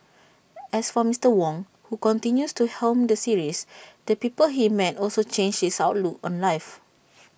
as for Mister Wong who continues to helm the series the people he met also changed his outlook on life